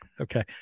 Okay